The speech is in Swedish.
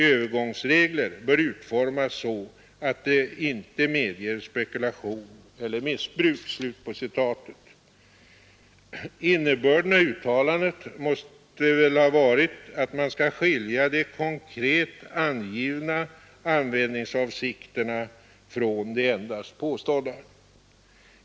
Övergångsregler ——— bör utformas så att de inte medger spekulation eller missbruk.” Innebörden av uttalandet måste ha varit att man skall skilja de konkret angivna användningsavsikterna från de endast påstådda.